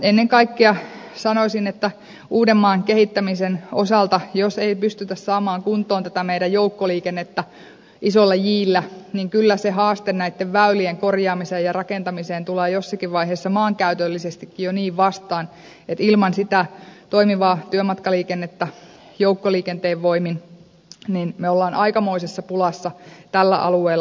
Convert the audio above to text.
ennen kaikkea sanoisin että uudenmaan kehittämisen osalta jos ei pystytä saamaan kuntoon tätä meidän joukkoliikennettämme isolla jllä niin kyllä se haaste näitten väylien korjaamiseen ja rakentamiseen tulee jossakin vaiheessa maankäytöllisestikin jo niin vastaan että ilman sitä toimivaa työmatkaliikennettä joukkoliikenteen voimin me olemme aikamoisessa pulassa tällä alueella